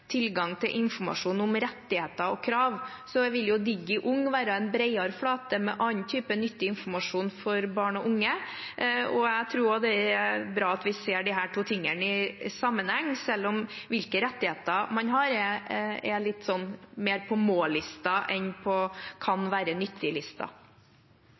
tilgang til informasjon om rettigheter og krav. Så vil jo DIGI-UNG være en bredere flate med annen type nyttig informasjon for barn og unge. Jeg tror det er bra at vi ser disse to tingene i sammenheng, selv om hvilke rettigheter man har, er litt mer på må-listen enn på